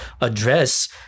address